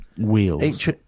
Wheels